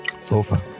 sofa